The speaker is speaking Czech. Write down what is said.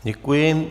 Děkuji.